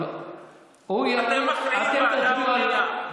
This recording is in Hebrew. אתם מחליטים ועדה או מליאה.